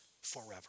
forever